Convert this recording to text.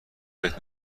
بهت